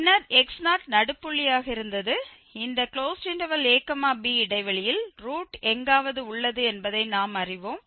பின்னர் x0 நடுப்புள்ளியாக இருந்தது இந்த ab இடைவெளியில் ரூட் எங்காவது உள்ளது என்பதை நாம் அறிவோம்